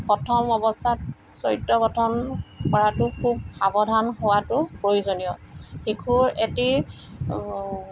প্ৰথম অৱস্থাত চৰিত্ৰ গঠন কৰাতো খুব সাৱধান হোৱাটো প্ৰয়োজনীয় শিশু এটি